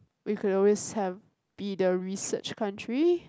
we could also have be the research country